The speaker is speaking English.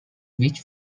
which